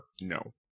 no